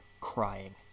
crying